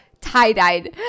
tie-dyed